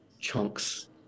chunks